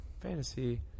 Fantasy